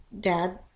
Dad